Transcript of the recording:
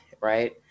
right